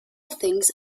things